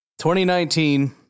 2019